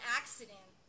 accident